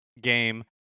game